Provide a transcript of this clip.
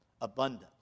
abundance